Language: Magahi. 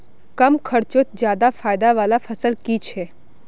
कम खर्चोत ज्यादा फायदा वाला फसल की छे?